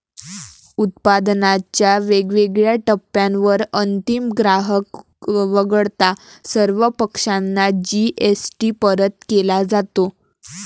उत्पादनाच्या वेगवेगळ्या टप्प्यांवर अंतिम ग्राहक वगळता सर्व पक्षांना जी.एस.टी परत केला जातो